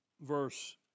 verse